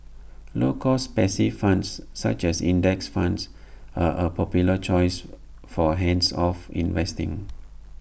low cost passive funds such as index funds are A popular choice for hands off investing